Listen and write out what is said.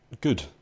good